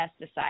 pesticide